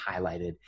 highlighted